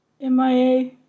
MIA